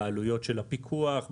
בעלויות הפיקוח,